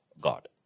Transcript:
God